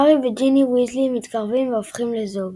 הארי וג'יני ויזלי מתקרבים והופכים לזוג.